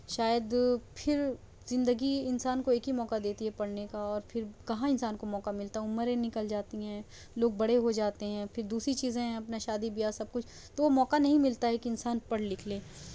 شاید پھر زندگی انسان کو ایک ہی موقع دیتی ہے پڑھنے کا اور پھر کہاں انسان کو موقع ملتا ہے عمریں نکل جاتی ہیں لوگ بڑے ہو جاتے ہیں پھر دوسری چیزیں ہیں اپنا شادی بیاہ سب کچھ تو وہ موقع نہیں ملتا ہے کہ انسان پڑھ لکھ لے